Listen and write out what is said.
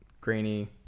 grainy